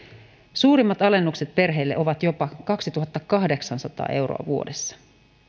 suurimmat alennukset perheille ovat jopa kaksituhattakahdeksansataa euroa vuodessa